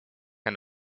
and